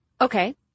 Okay